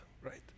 right